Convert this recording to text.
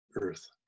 earth